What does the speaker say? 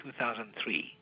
2003